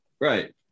Right